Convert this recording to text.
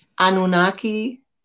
Anunnaki